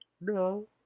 No